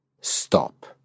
stop